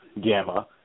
Gamma